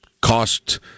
cost